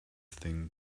thing